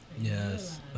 Yes